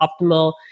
optimal